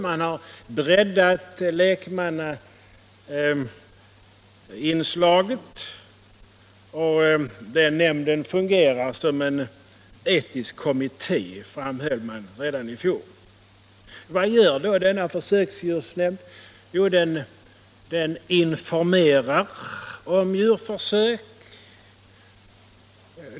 Lekmannainslaget har breddats, och den nämnden fungerar som en etisk kommitté. Det framhöll man redan i fjol. Vad gör då denna försöksdjursnämnd? Jo, den informerar om djurförsök.